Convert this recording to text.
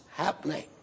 happening